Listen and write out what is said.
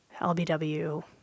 LBW